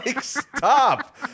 Stop